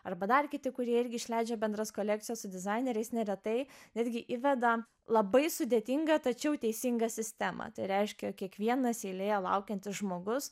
arba dar kiti kurie irgi išleidžia bendras kolekcijas dizaineris neretai netgi įveda labai sudėtingą tačiau teisingą sistemą tai reiškia kiekvienas eilėje laukiantis žmogus